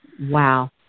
Wow